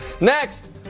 Next